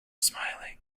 smiling